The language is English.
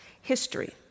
History